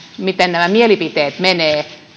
miten nämä mielipiteet menevät